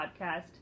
podcast